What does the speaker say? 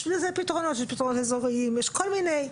יש לזה פתרונות אזוריים, יש כל מיני פתרונות.